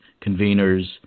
conveners